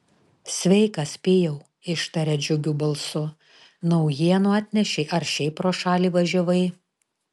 sveikas pijau ištarė džiugiu balsu naujienų atnešei ar šiaip pro šalį važiavai